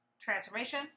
transformation